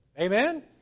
Amen